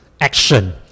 action